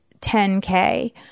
10k